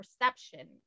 perception